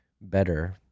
better